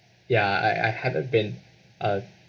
ya I I haven't been uh